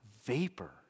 vapor